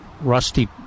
rusty